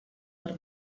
per